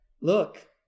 look